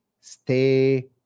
stay